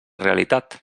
realitat